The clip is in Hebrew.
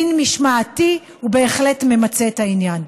דין משמעתי הוא בהחלט ממצה את העניין.